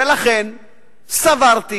ולכן סברתי